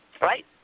right